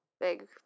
big